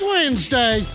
Wednesday